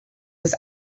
was